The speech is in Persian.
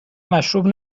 مشروب